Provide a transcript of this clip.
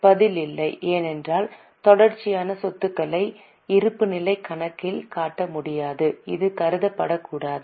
பதில் இல்லை ஏனென்றால் தொடர்ச்சியான சொத்துக்களை இருப்புநிலைக் கணக்கில் காட்ட முடியாது இது கருதப்படக்கூடாது